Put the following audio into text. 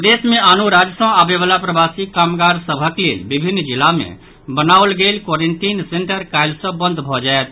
प्रदेश मे आनो राज्य सँ आबयवला प्रवासी कामगार सभक लेल विभिन्न जिला मे बनाओल गेल क्वारेंटीन सेन्टर काल्हि सँ बंद भऽ जायत